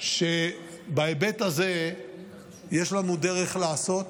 בהיבט הזה שיש לנו דרך לעשות,